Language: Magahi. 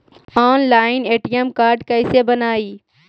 ऑनलाइन ए.टी.एम कार्ड कैसे बनाई?